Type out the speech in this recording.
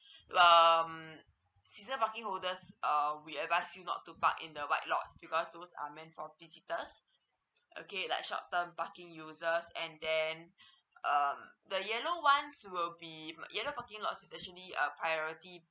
um season parking holder uh we advise you not to park in the white lot because those are meant for visitors okay like short term parking users and then um the yellow ones will be yellow parking lot is actually a priority